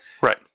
Right